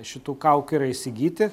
šitų kaukių yra įsigyti